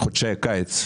חודשי הקיץ.